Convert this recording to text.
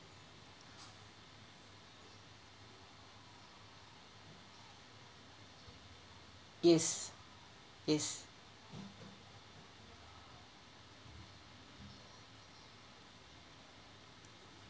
yes yes